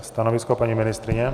Stanovisko paní ministryně?